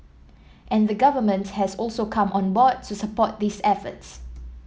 and the Government has also come on board to support these efforts